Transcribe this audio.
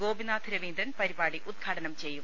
ഗോപിനാഥ് രവീന്ദ്രൻ പരിപാടി ഉദ്ഘാടനം ചെയ്യും